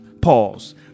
Pause